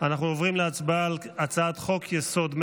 אנחנו עוברים להצבעה על הצעת חוק-יסוד: